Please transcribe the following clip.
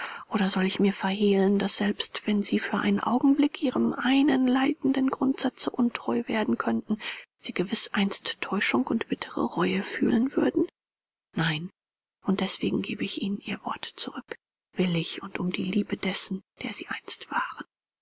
oder soll ich mir verhehlen daß selbst wenn sie für einen augenblick ihrem einen leitenden grundsatze untreu werden könnten sie gewiß einst täuschung und bittere reue fühlen würden nein und deswegen gebe ich ihnen ihr wort zurück willig und um die liebe dessen der sie einst waren